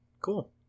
cool